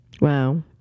Wow